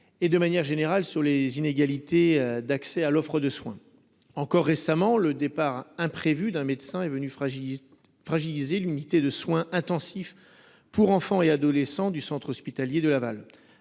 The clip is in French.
et, de manière générale, sur les inégalités d’accès à l’offre de soins. Encore récemment, le départ imprévu d’un médecin est venu fragiliser l’unité de soins intensifs et spécialisés pour enfants et adolescents (Usisea) du centre hospitalier de Laval,